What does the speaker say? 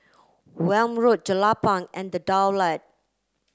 Welm Road Jelapang and The Daulat